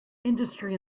industry